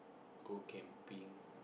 go camping